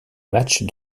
matchs